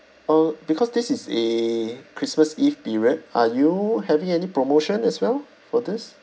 uh because this is a christmas eve period are you having any promotion as well for this